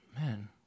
Man